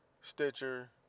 Stitcher